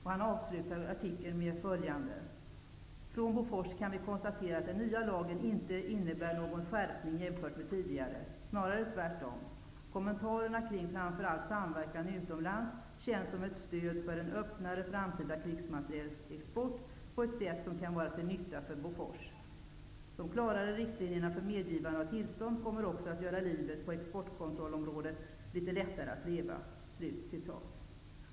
Han avslutade artikeln med följande: ''Från Bofors kan vi konstatera att den nya lagen inte innebär någon skärpning jämfört med tidigare. Snarare tvärtom. Kommentarerna kring framför allt samverkan utomlands, känns som ett stöd för en öppnare framtida krigsmaterielexport på ett sätt som kan vara till nytta för Bofors. De klarare riktlinjerna för medgivande av tillstånd kommer också att göra livet på exportkontrollområdet litet lättare att leva.''